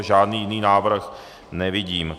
Žádný jiný návrh nevidím.